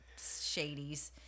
shadies